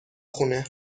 خونه